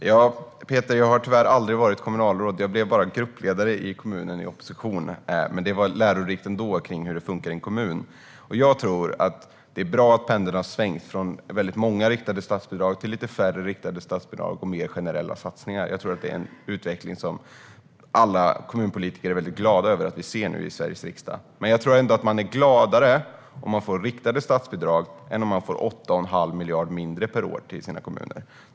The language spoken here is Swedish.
Herr talman! Jag har tyvärr aldrig varit kommunalråd. Jag blev bara gruppledare i kommunen, i opposition, vilket ändå var lärorikt i fråga om hur det funkar i en kommun. Jag tror att det är bra att pendeln har svängt från väldigt många riktade statsbidrag till lite färre riktade statsbidrag och mer generella satsningar. Jag tror att alla kommunpolitiker är glada över att vi nu ser denna utveckling i Sveriges riksdag. Men jag tror ändå att de är gladare om de får riktade statsbidrag än om de får 8 1⁄2 miljard mindre per år till sina kommuner.